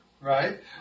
Right